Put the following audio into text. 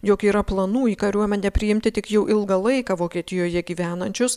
jog yra planų į kariuomenę priimti tik jau ilgą laiką vokietijoje gyvenančius